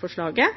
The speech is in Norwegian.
som